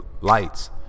lights